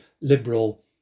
liberal